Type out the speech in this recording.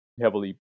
heavily